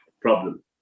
problem